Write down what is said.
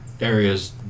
areas